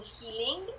healing